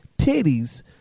titties